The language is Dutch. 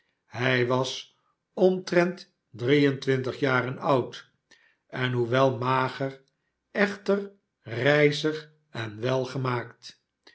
hij was omtrent drie en twintig jaren oud en n hoewel mager echter rijzig en welgemaakt